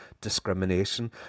discrimination